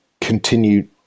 continued